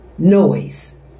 noise